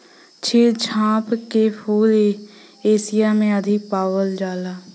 क्षीर चंपा के फूल एशिया में अधिक पावल जाला